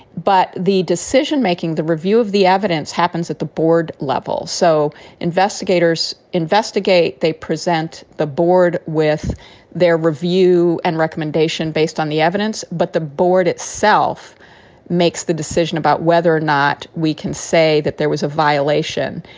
but the decision making, the review of the evidence happens at the board level. so investigators investigate. they present the board with their review and recommendation based on the evidence. but the board itself makes the decision about whether or not we can say that there was a violation.